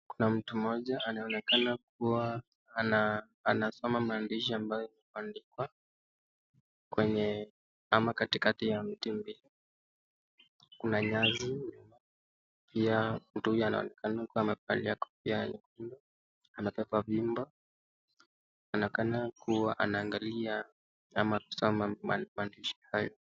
Kuna mtu mmoja anaonekana kuwa anasoma maandishi ambayo yameandikwa kwenye ama katikati ya miti mbili. Kuna nyasi nyuma. Pia mtu huyo anaonekana kuwa amevalia kofia nyekundu, ana tako la vimbo. Anaonekana kuwa anaangalia ama kusoma maandishi hayo.